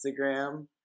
Instagram